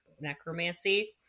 necromancy